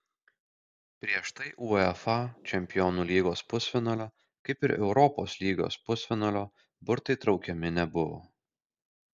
prieš tai uefa čempionų lygos pusfinalio kaip ir europos lygos pusfinalio burtai traukiami nebuvo